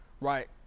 right